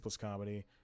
Comedy